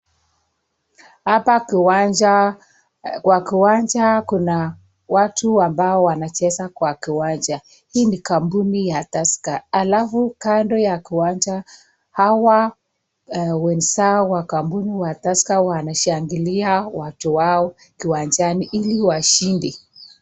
Apa kiwanja kwa kiwanja kuna watu ambao wanacheza kwa kiwanja. Hii ni kampuni ya Tusker. Alafu kando ya kiwanja hawa wenzao wa kampuni wa Tusker wanashangilia watu wao kiwanjani ili washinde.